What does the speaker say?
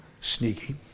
Sneaky